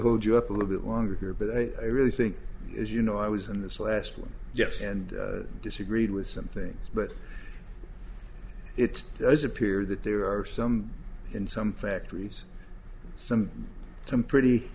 hold you up a little bit longer here but i really think is you know i was in this last one yes and disagreed with some things but it does appear that there are some in some factories some some pretty